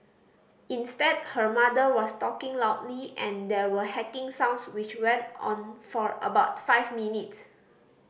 instead her mother was talking loudly and there were hacking sounds which went on for about five minutes